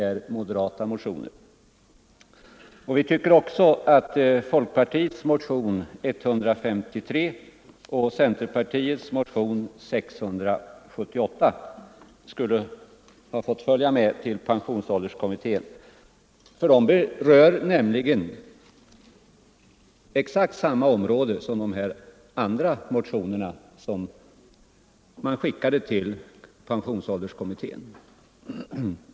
Vi anser också att folkpartiets motion 153 och centerpartiets motion 678 skulle ha gått till pensionsålderskommittén, för de berör exakt samma område som de motioner vilka utskottet har överlämnat till kommittén.